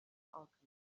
alchemy